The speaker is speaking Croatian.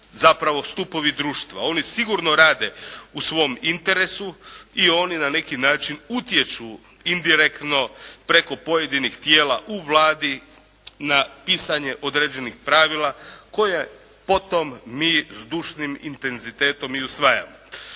zapravo stupovi društva. Oni sigurno rade o svom interesu i oni na neki način utječu indirektno preko pojedinih tijela u Vladi na pisanje određenih pravila koje potom mi s dušnim intenzitetom i usvajamo.